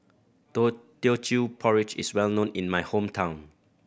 Teochew Porridge is well known in my hometown